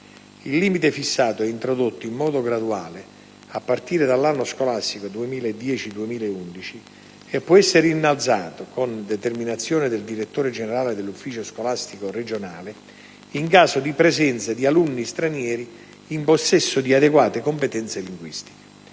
Il limite fissato è introdotto in modo graduale a partire dall'anno scolastico 2010-2011 e può essere innalzato, con determinazione del direttore generale dell'ufficio scolastico regionale, in caso di presenza di alunni stranieri in possesso di adeguate competenze linguistiche.